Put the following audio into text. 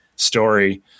story